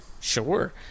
Sure